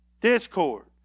discord